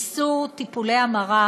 איסור טיפולי המרה